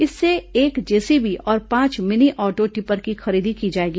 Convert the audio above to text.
इससे एक जेसीबी और पांच मिनी ऑटो टिपर की खरीदी की जाएगी